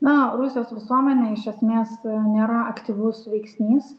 na rusijos visuomenė iš esmės nėra aktyvus veiksnys